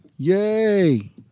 Yay